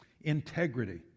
Integrity